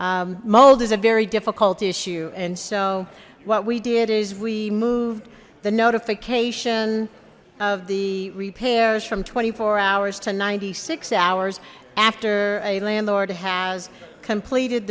mold is a very difficult issue and so what we did is we moved the notification of the repairs from twenty four hours to ninety six hours after a landlord has completed